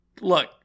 look